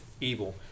evil